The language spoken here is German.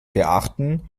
beachten